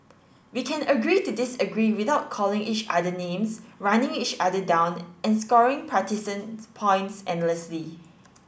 we can agree to disagree without calling each other names running each other down and scoring partisan points endlessly